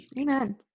amen